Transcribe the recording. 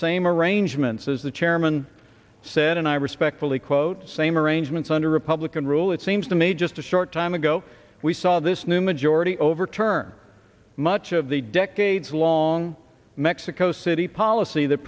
same arrangements as the chairman said and i respectfully quote same arrangements under republican rule it seems to me just a short time ago we saw this new majority overturn much of the decades long mexico city policy that